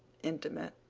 intimate,